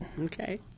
Okay